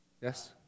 Yes